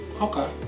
Okay